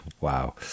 Wow